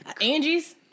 Angie's